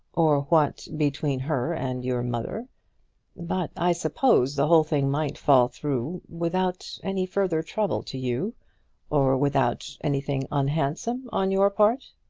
or what between her and your mother but i suppose the whole thing might fall through without any further trouble to you or without anything unhandsome on your part?